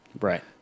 right